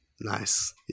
Nice